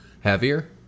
heavier